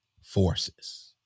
forces